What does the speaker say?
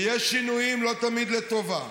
ויש שינויים, לא תמיד לטובה,